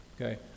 Okay